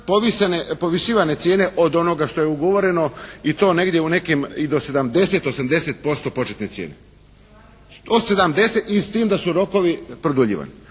povisivane cijene od onoga što je ugovoreno i to negdje u nekim i do 70, 80% početne cijene. Od 70 i s tim da su rokovi produljivani.